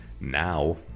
Now